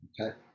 Okay